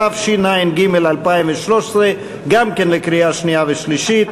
התשע"ג 2013, גם כן קריאה שנייה ושלישית.